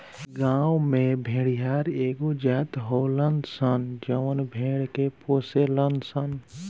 गांव में भेड़िहार एगो जात होलन सन जवन भेड़ के पोसेलन सन